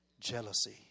jealousy